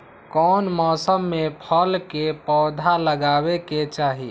कौन मौसम में फल के पौधा लगाबे के चाहि?